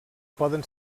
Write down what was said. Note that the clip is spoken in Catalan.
poden